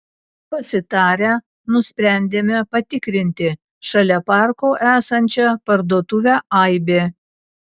pasitarę nusprendėme patikrinti šalia parko esančią parduotuvę aibė